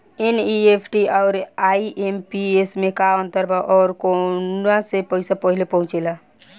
NEFT आउर IMPS मे का अंतर बा और आउर कौना से पैसा पहिले पहुंचेला?